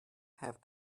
have